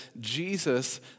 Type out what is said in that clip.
Jesus